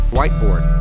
whiteboard